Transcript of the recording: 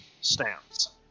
stamps